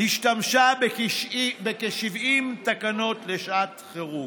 השתמשה בכ-70 תקנות לשעת חירום,